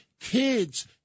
kids